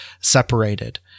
separated